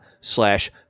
slash